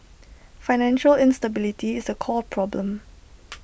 financial instability is the core problem